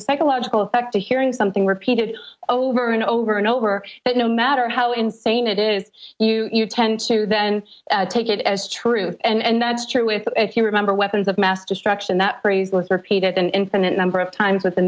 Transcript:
a psychological effect to hearing something repeated over and over and over that no matter how insane it is you tend to then take it as true and that's true with if you remember weapons of mass destruction that phrase let's repeat it an infinite number of times within